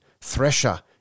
thresher